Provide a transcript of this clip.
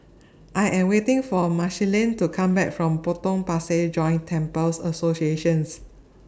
I Am waiting For Marceline to Come Back from Potong Pasir Joint Temples Association